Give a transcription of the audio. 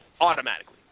automatically